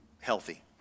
healthy